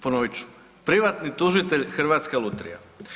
Ponovit ću, privatni tužitelj Hrvatska lutrija.